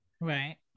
Right